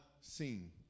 seen